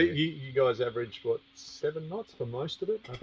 you guys averaged, what, seven knots for most of it,